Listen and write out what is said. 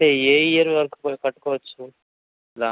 అంటే ఏ ఇయర్ వరకు కట్టుకోవచ్చు